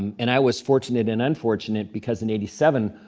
and i was fortunate and unfortunate, because in eighty seven,